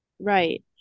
Right